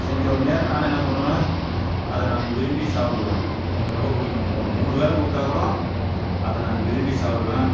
செஞ்சவொடன்னே நான் என்ன பண்ணுவேன் அதை நான் விரும்பி சாப்பிடுவேன் எனக்கு ரொம்ப பிடிக்கும் மூ மூணு வேளை கொடுத்தா கூடோ அதை நான் விரும்பி சாப்பிடுவேன்